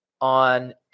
on